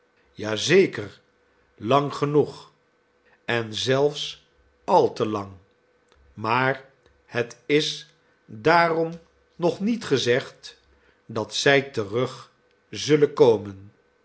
zeker lang genoeg en zelfs al te lang maar het is daarom nog niet gezegd dat zij terug zullen komen